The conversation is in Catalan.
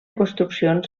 construccions